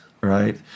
right